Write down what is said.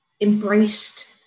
embraced